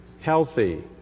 healthy